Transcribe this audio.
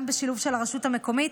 גם בשילוב הרשות המקומית,